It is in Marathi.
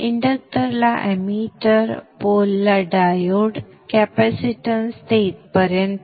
इंडक्टरला एमिटर पोलला डायोड कॅपॅसिटन्स ते इथपर्यंत